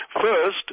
First